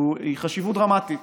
היא חשיבות דרמטית.